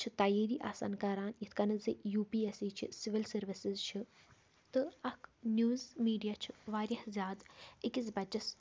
چھِ تیٲری آسان کَران یِتھ کَنَتھ زِ یوٗ پی ایس ای چھِ سِول سٔروِسِز چھِ تہٕ اَکھ نِوٕز میٖڈیا چھِ وارِیاہ زیادٕ أکِس بَچَس